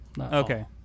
Okay